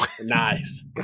Nice